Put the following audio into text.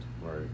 right